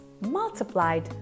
multiplied